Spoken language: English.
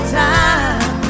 time